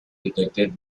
detected